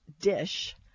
dish